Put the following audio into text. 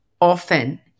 often